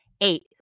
Eight